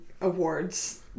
awards